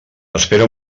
espera